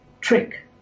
trick